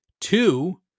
two